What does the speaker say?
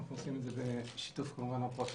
אנחנו עושים את זה בשיתוף פעולה עם הפרקליטות.